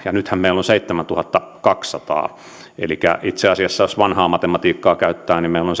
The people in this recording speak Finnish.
ja nythän meillä on seitsemäntuhattakaksisataa elikkä itse asiassa jos vanhaa matematiikkaa käyttää meillä on